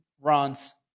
runs